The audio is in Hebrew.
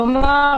כלומר,